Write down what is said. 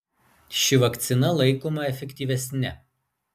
ši vakcina laikoma efektyvesne